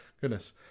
Goodness